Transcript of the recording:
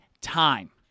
time